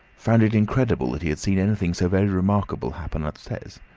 found it incredible that he had seen anything so very remarkable happen upstairs.